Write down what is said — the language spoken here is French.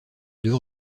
deux